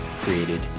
created